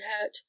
hurt